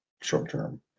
short-term